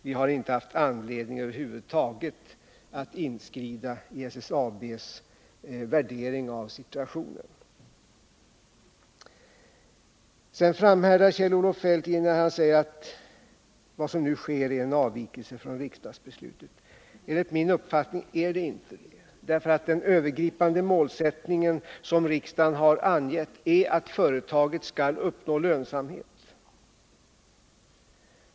Vi har över huvud taget inte haft anledning att inskrida i SSAB:s värdering av situationen. Sedan framhärdar Kjell-Olof Feldt i att säga att vad som nu sker är en avvikelse från riksdagsbeslutet. Enligt min uppfattning är det inte det. Den — Nr 57 övergripande målsättning som riksdagen angett är att företaget skall uppnå Tisdagen den lönsamhet.